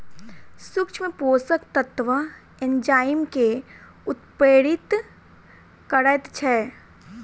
सूक्ष्म पोषक तत्व एंजाइम के उत्प्रेरित करैत छै